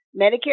Medicare